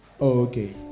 okay